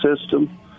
system